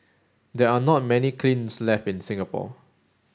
there are not many kilns left in Singapore